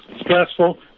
stressful